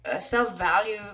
self-value